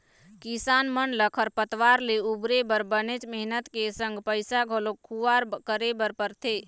किसान मन ल खरपतवार ले उबरे बर बनेच मेहनत के संग पइसा घलोक खुवार करे बर परथे